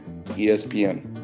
ESPN